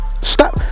stop